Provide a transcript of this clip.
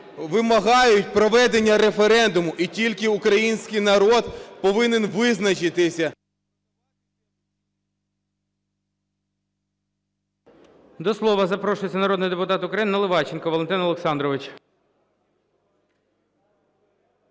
вимагають проведення референдуму. І тільки український народ повинен визначитися…